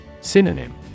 Synonym